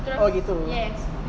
oh gitu